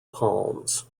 palms